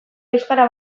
euskara